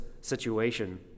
situation